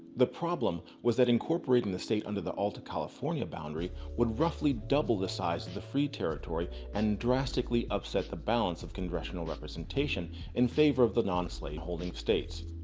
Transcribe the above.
the problem was that incorporating the state under the alta california boundary would roughly double the size of the free territory and drastically upset the balance of congressional representation in favor of the non-slaveholding states.